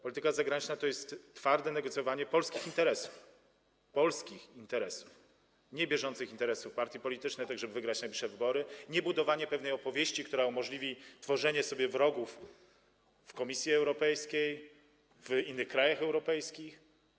Polityka zagraniczna to jest twarde negocjowanie polskich interesów, polskich interesów - nie bieżących interesów partii politycznej, tak żeby wygrać najbliższe wybory, nie budowanie pewnej opowieści, która umożliwi robienie sobie wrogów w Komisji Europejskiej, w innych krajach europejskich.